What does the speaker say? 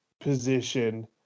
position